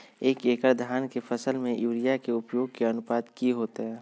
एक एकड़ धान के फसल में यूरिया के उपयोग के अनुपात की होतय?